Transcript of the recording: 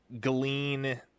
glean